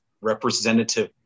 representative